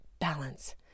balance